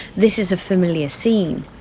this is a familiar scene,